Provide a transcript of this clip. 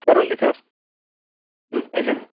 sir ఉంది sir licence